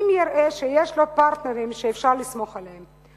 אם יראה שיש לו פרטנרים שאפשר לסמוך עליהם.